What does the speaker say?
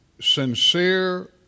sincere